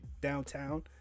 downtown